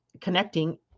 connecting